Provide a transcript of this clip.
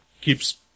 keeps